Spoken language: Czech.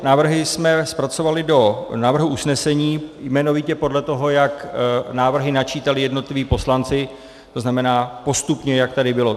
Návrhy jsme zpracovali do návrhu usnesení jmenovitě podle toho, jak návrhy načítali jednotliví poslanci, to znamená postupně, jak tady bylo.